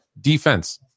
Defense